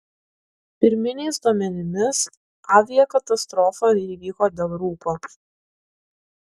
pirminiais duomenimis aviakatastrofa įvyko dėl rūko